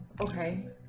Okay